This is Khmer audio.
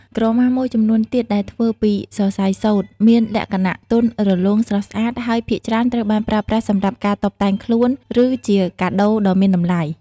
ក្រមាមួយចំនួនទៀតដែលធ្វើពី សរសៃសូត្រ មានលក្ខណៈទន់រលោង ស្រស់ស្អាត ហើយភាគច្រើនត្រូវបានប្រើប្រាស់សម្រាប់ការតុបតែងខ្លួន ឬជាកាដូដ៏មានតម្លៃ។